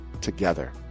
together